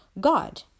God